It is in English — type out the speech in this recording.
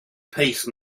peace